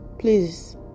please